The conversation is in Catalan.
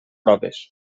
proves